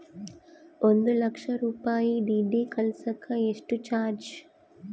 ಒಂದು ಲಕ್ಷ ರೂಪಾಯಿ ಡಿ.ಡಿ ಕಳಸಾಕ ಎಷ್ಟು ಚಾರ್ಜ್?